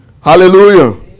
Hallelujah